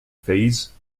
phase